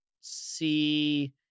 see